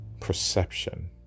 Perception